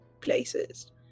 places